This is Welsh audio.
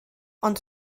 ond